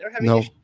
No